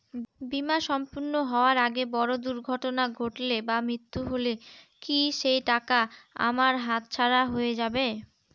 বীমা সম্পূর্ণ হওয়ার আগে বড় দুর্ঘটনা ঘটলে বা মৃত্যু হলে কি সেইটাকা আমার হাতছাড়া হয়ে যাবে?